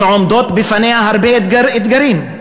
עומדים בפניה הרבה אתגרים,